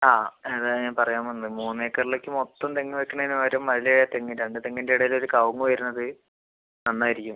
ആ അതാ ഞാൻ പറയാൻ വന്നത് മൂന്ന് ഏക്കറിലേക്ക് മൊത്തം തെങ്ങ് വെക്കുന്നതിന് പകരം അതിൽ തെങ്ങ് രണ്ട് തെങ്ങിൻ്റെ ഇടയിൽ ഒരു കവുങ്ങ് വരുന്നത് നന്നായിരിക്കും